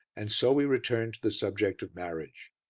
and so we returned to the subject of marriage.